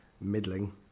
middling